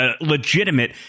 legitimate